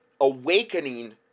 awakening